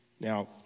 Now